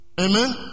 Amen